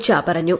ഷാ പറഞ്ഞു